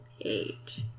eight